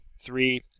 three